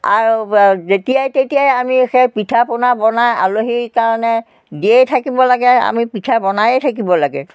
আৰু যেতিয়াই তেতিয়াই আমি সেই পিঠা পনা বনাই আলহীৰ কাৰণে দিয়েই থাকিব লাগে আমি পিঠা বনায়েই থাকিব লাগে